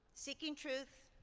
seeking truth.